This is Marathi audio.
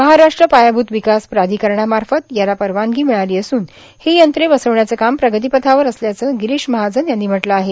महाराष्ट्र पायाभूत विकास प्राधिकरणामार्फत याला परवानगी मिळाली असून ही यंत्रे बसवण्याचं काम प्रगती पथावर असल्याचं गिरीष महाजन यांनी म्हटलं आहे